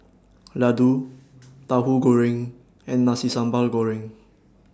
Laddu Tahu Goreng and Nasi Sambal Goreng